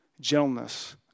gentleness